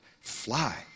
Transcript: Fly